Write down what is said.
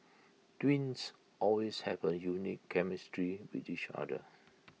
twins often have A unique chemistry with each other